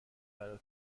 برا